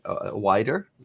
wider